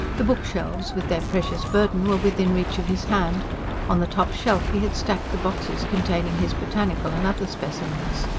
the bookshelves with their precious burden were within reach of his hand on the top shelf he had stacked the boxes containing his botanical and other specimens.